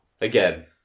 Again